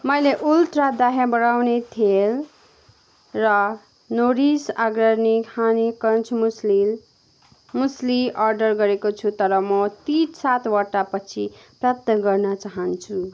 मैले उस्त्रा दाह्री बढाउने तेल र Norris organic honey crunch muesli muesli order गरेको छु तर म ती सातवटा पछि प्राप्त गर्न चाहन्छु